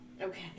Okay